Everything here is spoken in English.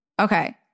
Okay